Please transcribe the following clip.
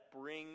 bring